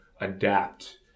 adapt